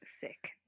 sick